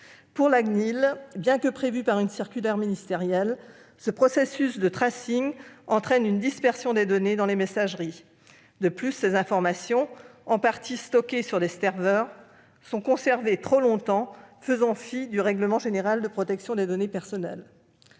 Pour la CNIL, bien que prévu par une circulaire, ce processus de entraîne une dispersion des données dans les messageries. De plus, ces informations, en partie stockées sur des serveurs, sont conservées trop longtemps, faisant fi du règlement général sur la protection des données personnelles.